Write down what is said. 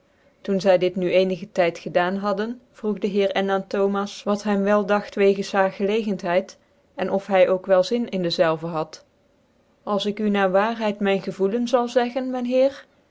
doe zy dit nu ccnigc tyd gedaan hadden vroeg dc heer n aan thomas wat hem wel dngt wegens haar gclegcnthcid en of hy ook wel zin in dezelve had als ik u naar waarheid myn gevoelen zal zeggen